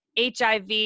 HIV